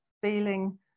feeling